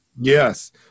yes